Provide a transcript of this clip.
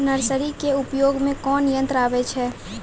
Nursery के उपयोग मे कोन यंत्र आबै छै?